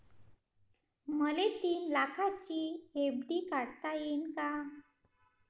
मले तीन लाखाची एफ.डी काढता येईन का?